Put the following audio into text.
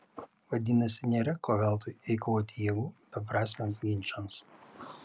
vadinasi nėra ko veltui eikvoti jėgų beprasmiams ginčams